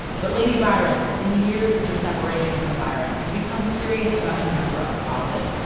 but lady byron, in the years since her separation from byron had become serious about a number of causes,